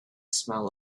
smell